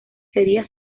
sería